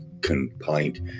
complaint